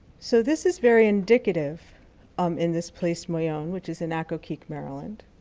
so this is very indicative um in this place moyaone, which is in accokeek, maryland,